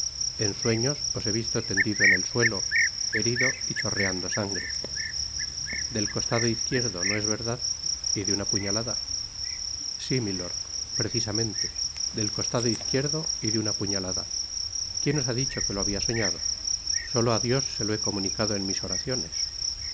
en sueños os be visto tendido en el suelo herido y chorreando sangre del costado izquierdo no es verdad y de una puñalada si milord precisamente del costado izquierdo y de una puñalada quién os ha dicho que lo habia soñado solo á dios se lo he comunicado en mis oraciones